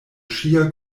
ŝia